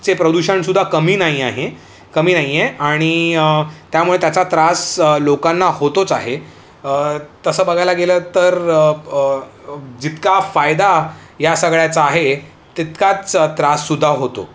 चे प्रदूषण सुद्धा कमी नाही आहे कमी नाही आहे आणि त्यामुळे त्याचा त्रास लोकांना होतोच आहे तसं बघायला गेलं तर प जितका फायदा या सगळ्याचा आहे तितकाच त्रास सुद्धा होतो